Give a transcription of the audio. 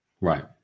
Right